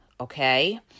okay